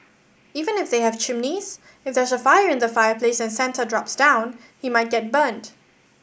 even if they have chimneys if there's a fire in the fireplace and Santa drops down he might get burnt